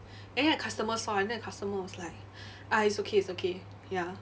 and then a customer saw and then the customers was like ah it's okay it's okay ya